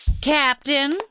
Captain